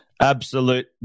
absolute